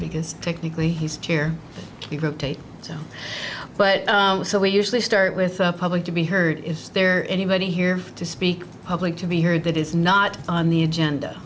because technically he's chair of tape so but we usually start with the public to be heard is there anybody here to speak public to be heard that is not on the agenda